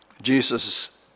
Jesus